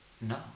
No